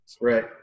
Right